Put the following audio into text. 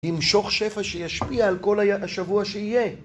עם שוך שפע שישפיע על כל השבוע שיהיה